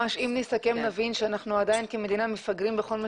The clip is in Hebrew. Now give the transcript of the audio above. אם נסכם נבין שאנחנו עדיין כמדינה מפגרים בכל מה